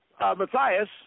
Matthias